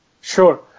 Sure